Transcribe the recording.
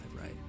right